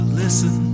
listen